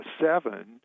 seven